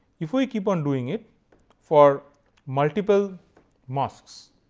if we keep on doing it for multiple masks,